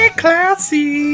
classy